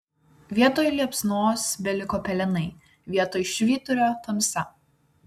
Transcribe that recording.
vietoj liepsnos beliko pelenai vietoj švyturio tamsa